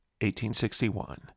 1861